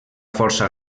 força